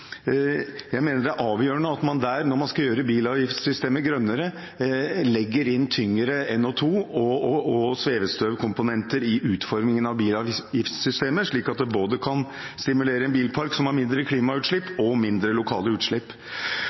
Når man skal gjøre bilavgiftssystemet grønnere, er det avgjørende å legge inn tyngre NO2- og svevestøvkomponenter i utformingen av bilavgiftssystemet, slik at det både kan stimulere til en bilpark med mindre klimautslipp og mindre lokale utslipp.